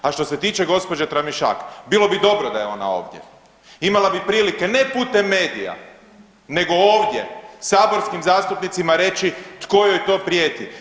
A što se tiče gospođe Tramišak, bilo bi dobro da je ona ovdje, imala bi prilike, ne putem medija, nego ovdje saborskim zastupnicima reći tko joj to prijeti.